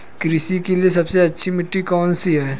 कृषि के लिए सबसे अच्छी मिट्टी कौन सी है?